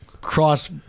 cross